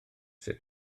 sut